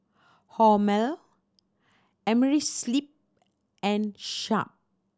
Hormel Amerisleep and Sharp